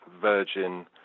Virgin